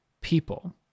people